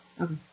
Okay